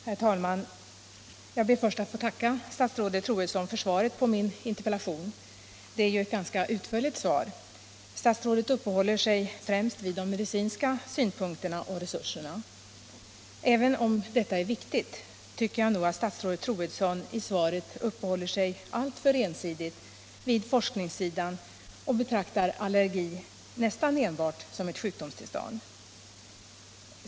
Herr talman! Jag ber först att få tacka statsrådet Troedsson för svaret på min interpellation. Det är ett ganska utförligt svar. Statsrådet uppehåller sig främst vid de medicinska synpunkterna och resurserna. Även om detta är viktigt tycker jag nog att statsrådet Troedsson i svaret ägnar sig alltför ensidigt åt forskningssidan och betraktar allergin nästan enbart som ett sjukdomstillstånd.